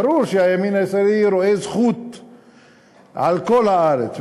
ברור שהימין הישראלי רואה זכות על כל הארץ,